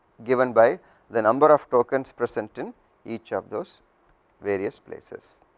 given by the number of tokens present in each of those various places.